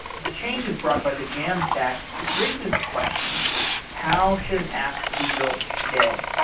the changes brought by the jamstack, it races the question how should an app be built today?